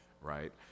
right